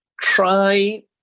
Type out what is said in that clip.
try